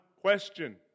question